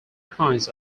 kinds